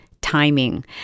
timing